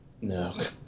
No